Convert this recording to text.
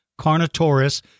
Carnotaurus